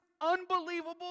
Unbelievable